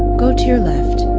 go to your left.